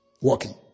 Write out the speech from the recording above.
Walking